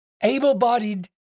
able-bodied